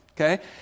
okay